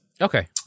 Okay